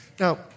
Now